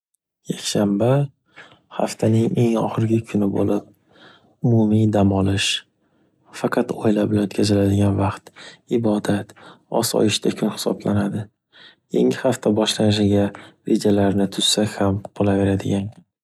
Yakshanba haftaning eng oxirgi kuni bo’lib, umumiy dam olish. Faqat oila bilan o’tkaziladigan vaxt, ibodat, osoyishta kun hisoplanadi. Yangi hafta boshlanishiga rejalarni tuzsak ham bo’laveradigan kun.